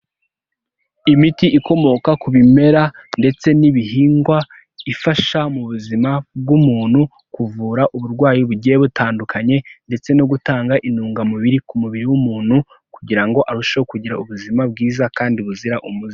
Imiti ikomoka ku bimera ndetse n'ibihingwa ifasha mu buzima bw'umuntu kuvura uburwayi bugiye butandukanye ndetse no gutanga intungamubiri ku mubiri w'umuntu kugira ngo arusheho kugira ubuzima bwiza kandi buzira umuze.